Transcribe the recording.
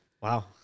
Wow